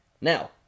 Now